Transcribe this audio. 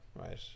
right